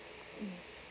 mm